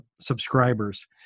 subscribers